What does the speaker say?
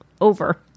over